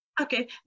Okay